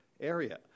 area